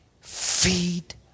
feed